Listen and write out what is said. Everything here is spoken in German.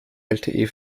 lte